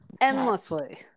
Endlessly